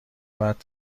بعد